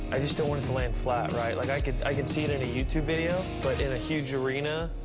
i just don't want it to land flat, right? like i can i can see it in a youtube video, but in a huge arena,